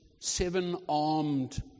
seven-armed